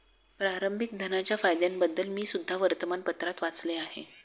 प्रारंभिक धनाच्या फायद्यांबद्दल मी सुद्धा वर्तमानपत्रात वाचले आहे